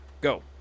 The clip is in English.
Go